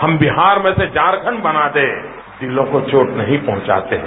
हम बिहार में से झारखंड बना दें दिलों को चोट नहीं पहुंचाते हैं